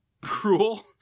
cruel